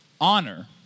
honor